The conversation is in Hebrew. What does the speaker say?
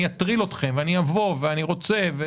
אני "אטריל" אתכם ואני אבוא ואני רוצה.